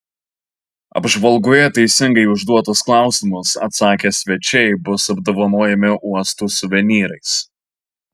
apžvalgoje teisingai į užduotus klausimus atsakę svečiai bus apdovanojami uosto suvenyrais